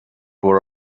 were